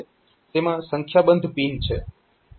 તેમાં સંખ્યાબંધ પિન છે